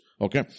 Okay